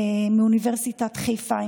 מאוניברסיטת חיפה,